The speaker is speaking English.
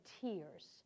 tears